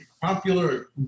popular